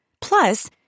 Plus